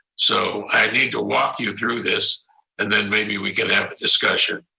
so i need to walk you through this and then maybe we can have a discussion.